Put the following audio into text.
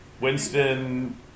Winston